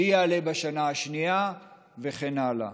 מי יעלה בשנה השנייה וכן הלאה.